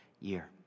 year